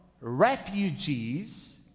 refugees